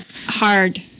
hard